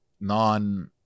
non